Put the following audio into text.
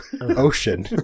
ocean